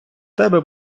тебе